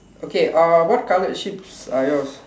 okay uh what colored sheeps are yours